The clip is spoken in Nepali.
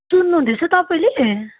सुन्नु हुँदैछ तपाईँले